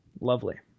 Lovely